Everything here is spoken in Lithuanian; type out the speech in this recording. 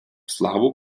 slavų